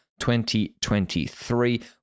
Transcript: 2023